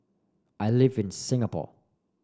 I live in Singapore